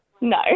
No